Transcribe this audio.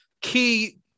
key